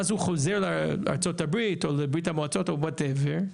ואז הוא חוזר לארצות הברית או לברית המועצות או לא משנה מה,